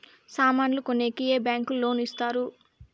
సామాన్లు కొనేకి ఏ బ్యాంకులు లోను ఇస్తారు?